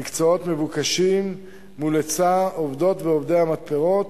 מקצועות מבוקשים מול היצע עובדות ועובדי המתפרות,